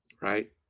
right